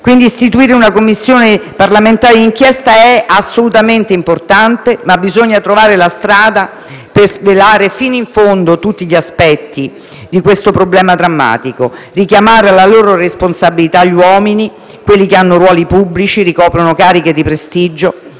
Quindi istituire una Commissione parlamentare d'inchiesta è assolutamente importante, ma bisogna trovare la strada per svelare fino in fondo tutti gli aspetti di questo problema drammatico e richiamare alla loro responsabilità gli uomini, quelli che hanno ruoli pubblici e ricoprono cariche di prestigio,